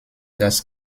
das